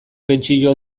pentsio